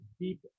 deep